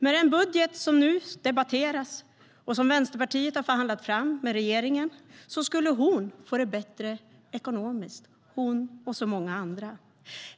Med den budget som nu debatteras och som Vänsterpartiet har förhandlat fram med regeringen skulle hon få det bättre ekonomiskt - hon och så många andra.